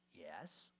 Yes